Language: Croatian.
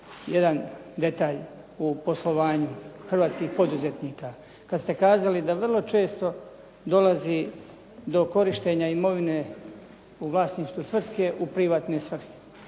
jedan detalj u poslovanju hrvatskih poduzetnika kad ste kazali da vrlo često dolazi do korištenja imovine u vlasništvu tvrtke u privatne svrhe.